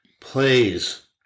plays